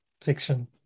fiction